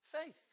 faith